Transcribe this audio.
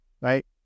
right